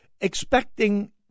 expecting